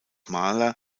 maler